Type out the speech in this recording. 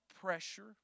pressure